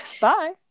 Bye